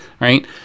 right